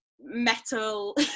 metal